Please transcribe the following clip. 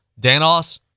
Danos